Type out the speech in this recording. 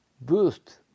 boost